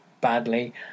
badly